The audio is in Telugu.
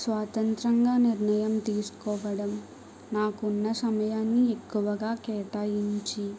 స్వతంత్రంగా నిర్ణయం తీసుకోవడం నాకున్న సమయాన్ని ఎక్కువగా కేటాయించి